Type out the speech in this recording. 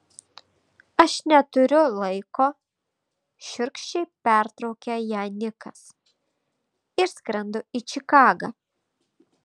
aš neturiu laiko šiurkščiai pertraukė ją nikas išskrendu į čikagą